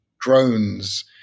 drones